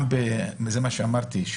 זה מה שאמרתי,